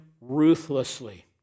ruthlessly